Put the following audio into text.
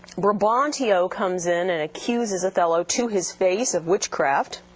brabantio comes in and accuses othello to his face of witchcraft